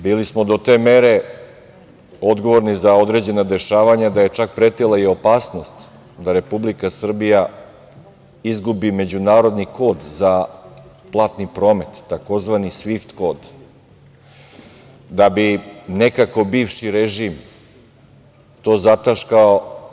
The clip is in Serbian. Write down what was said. Bili smo do te mere odgovorni za određena dešavanja da je čak pretila i opasnost da Republika Srbija izgubi međunarodni kod za platni promet, tzv. svift kod, da bi nekako bivši režim to zataškao.